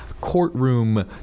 courtroom